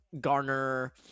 garner